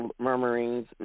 murmurings